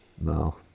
No